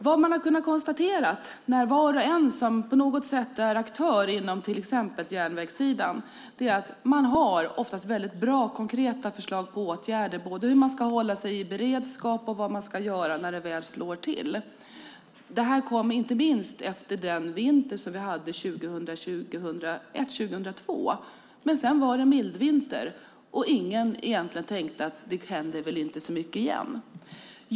Vad man har konstaterat för var och en som på något sätt är aktör inom till exempel järnvägssidan är att man oftast har väldigt bra konkreta förslag till åtgärder för både hur man ska hålla sig i beredskap och vad man ska göra när det väl slår till. Det kom inte minst efter den vinter vi hade 2001/02. Men sedan var det mildvinter, och man tänkte väl att det inte händer så mycket igen.